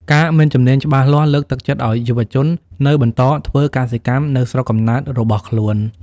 ការមានជំនាញច្បាស់លាស់លើកទឹកចិត្តឱ្យយុវជននៅបន្តធ្វើកសិកម្មនៅស្រុកកំណើតរបស់ខ្លួន។